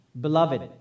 beloved